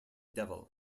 devil